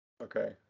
okay